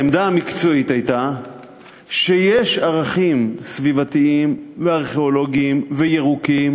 העמדה המקצועית הייתה שיש ערכים סביבתיים וארכיאולוגיים וירוקים